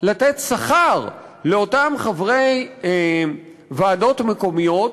לתת שכר לאותם חברי ועדות מקומיות,